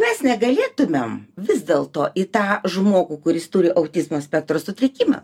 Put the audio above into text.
mes negalėtumėm vis dėl to į tą žmogų kuris turi autizmo spektro sutrikimą